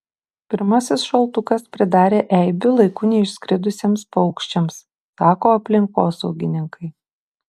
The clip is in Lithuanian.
pirmasis šaltukas pridarė eibių laiku neišskridusiems paukščiams sako aplinkosaugininkai